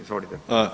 Izvolite.